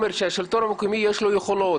שלשלטון המקומי יש יכולות,